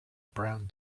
brown